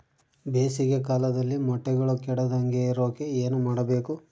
ಬೇಸಿಗೆ ಕಾಲದಲ್ಲಿ ಮೊಟ್ಟೆಗಳು ಕೆಡದಂಗೆ ಇರೋಕೆ ಏನು ಮಾಡಬೇಕು?